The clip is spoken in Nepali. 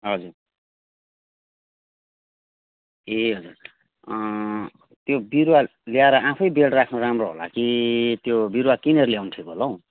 हजुर ए हजुर त्यो बिरुवा ल्याएर आफै बियाड राख्नु राम्रो होला कि त्यो बिरुवा किनेर ल्याउनु ठिक होला हौ